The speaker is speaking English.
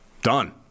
Done